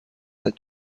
that